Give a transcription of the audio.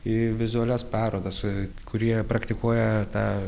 į vizualias parodas kurie praktikuoja tą